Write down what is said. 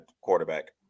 quarterback